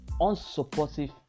unsupportive